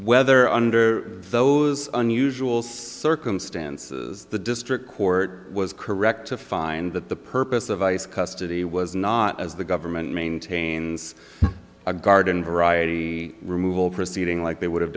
whether under those unusual circumstances the district court was correct to find that the purpose of ice custody was not as the government maintains a garden variety removal proceeding like they would have